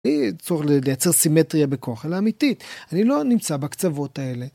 לי צורך לייצר סימטריה בכוח, אלא אמיתית, אני לא נמצא בקצוות האלה.